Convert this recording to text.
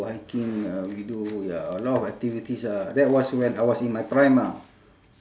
hiking uh we do ya a lot of activities ah that was when I was in my prime ah